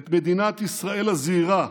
את מדינת ישראל הזעירה,